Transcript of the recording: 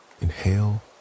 inhale